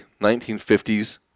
1950s